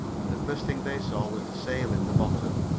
and the first thing they saw was the sail in the bottom.